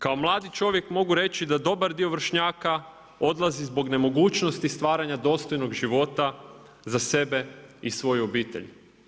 Kao mladi čovjek mogu reći da dobar dio vršnjaka odlazi zbog nemogućnosti stvaranja dostojnog života za sebe i svoju obitelj.